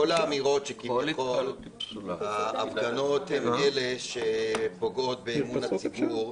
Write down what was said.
כל האמירות שכביכול ההפגנות הן אלה שפוגעות באמון הציבור,